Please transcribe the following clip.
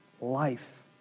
life